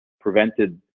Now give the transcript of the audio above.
prevented